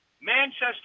Manchester